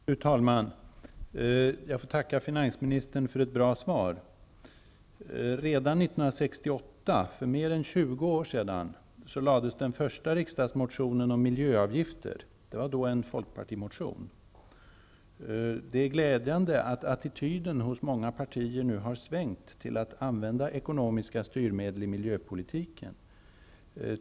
Fru talman! Jag vill tacka finansministern för ett bra svar. Redan 1968, för mer än 20 år sedan, väcktes den första riksdagsmotionen om miljöavgifter. Det var då en folkpartimotion. Det är glädjande att attityden till att använda ekonomiska styrmedel i miljöpolitiken nu har svängt hos många partier.